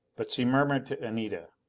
but she murmured to anita,